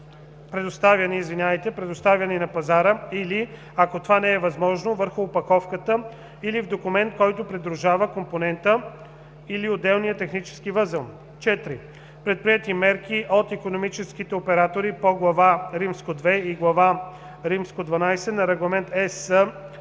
предоставяни на пазара, или, ако това не е възможно, върху опаковката или в документ, който придружава компонента или отделния технически възел; 4. предприетите мерки от икономическите оператори по Глава II и Глава XII на Регламент (ЕС)